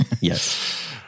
Yes